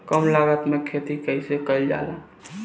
कम लागत में खेती कइसे कइल जाला?